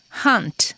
hunt